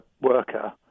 worker